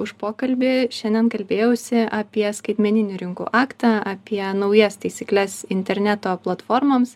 už pokalbį šiandien kalbėjausi apie skaitmeninių rinkų aktą apie naujas taisykles interneto platformoms